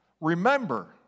remember